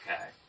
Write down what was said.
Okay